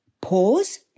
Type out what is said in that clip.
pause